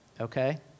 okay